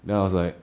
then I was like